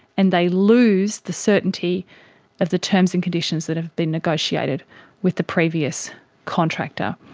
and they lose the certainty of the terms and conditions that have been negotiated with the previous contractor.